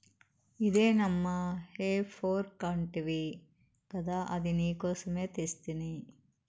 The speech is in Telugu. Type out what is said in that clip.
ఇదే నమ్మా హే ఫోర్క్ అంటివి గదా అది నీకోసమే తెస్తిని